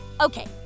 Okay